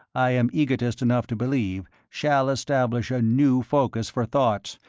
i am egotist enough to believe, shall establish a new focus for thought,